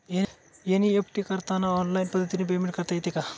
NEFT करताना online पद्धतीने payment करता येते का?